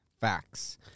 Facts